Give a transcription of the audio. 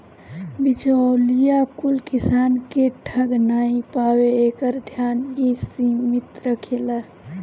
बिचौलिया कुल किसान के ठग नाइ पावे एकर ध्यान इ समिति रखेले